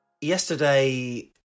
yesterday